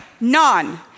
none